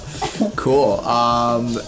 Cool